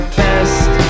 best